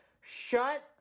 shut